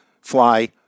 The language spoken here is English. fly